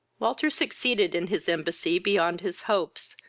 walter succeeded in his embassy beyond his hopes,